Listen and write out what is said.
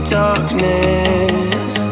darkness